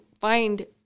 find